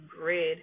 grid